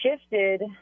shifted